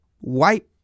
white